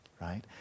right